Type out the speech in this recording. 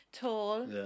tall